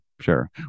Sure